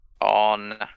on